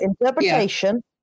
interpretation